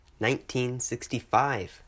1965